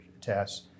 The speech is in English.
tests